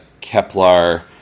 Kepler